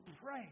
pray